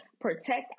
protect